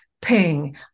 ping